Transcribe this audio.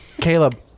Caleb